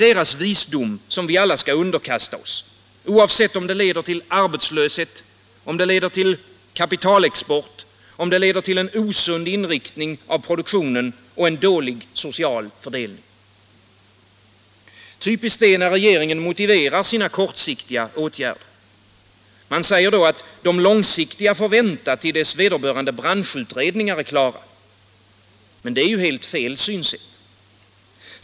Deras visdom skall vi alla underkasta oss, oavsett om det leder till arbetslöshet, kapitalexport, osund inriktning av produktionen och dålig social fördelning. Typiskt är hur regeringen motiverar sina kortsiktiga åtgärder. Man säger att de långsiktiga åtgärderna får vänta tills vederbörande branschutredningar är klara. Men det är ju helt fel synsätt.